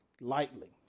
lightly